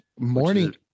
morning